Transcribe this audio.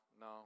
no